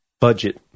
budget